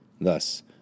Thus